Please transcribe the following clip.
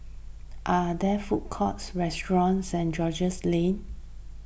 are there food courts restaurants Saint George's Lane